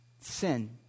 Sin